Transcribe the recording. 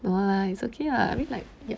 no lah it's okay lah I mean like